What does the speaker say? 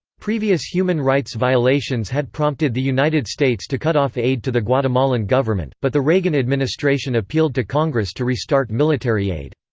previous human rights violations had prompted the united states to cut off aid to the guatemalan government but the reagan administration appealed to congress to restart military aid.